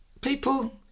people